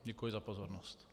Děkuji za pozornost.